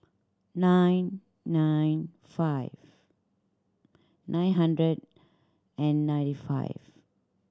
nine nine five nine hundred and ninety five